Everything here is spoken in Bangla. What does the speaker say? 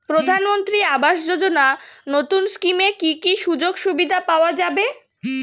প্রধানমন্ত্রী আবাস যোজনা নতুন স্কিমে কি কি সুযোগ সুবিধা পাওয়া যাবে?